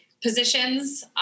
positions